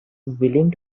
willing